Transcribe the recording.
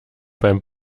beim